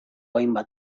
hainbat